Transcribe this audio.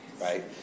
right